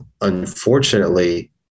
unfortunately